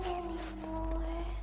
anymore